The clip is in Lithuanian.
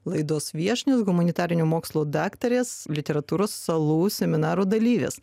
laidos viešnios humanitarinių mokslų daktarės literatūros salų seminaro dalyvės